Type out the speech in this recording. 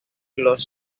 los